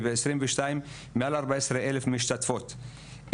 וב-2022 מעל 14 אלף משתתפות.